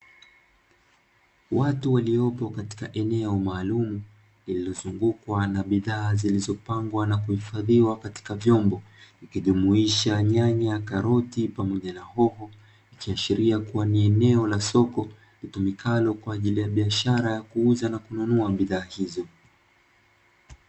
Watu waliopo katika eneo maalumu, lililo zungukwa na bidhaa zilizopangwa na kuhifadhiwa katika vyombo ikijumuisha: nyanya, karoti pamoja na hoho ikiashiria kua ni eneo la soko litumikalo kwa ajili ya biashara ya kuuza na kununua bidhaa hizo.